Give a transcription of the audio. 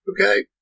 Okay